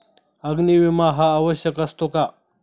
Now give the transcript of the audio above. अग्नी विमा हा आवश्यक असतो का?